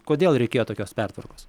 kodėl reikėjo tokios pertvarkos